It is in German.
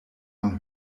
man